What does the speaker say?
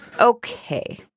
Okay